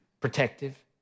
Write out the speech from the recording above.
protective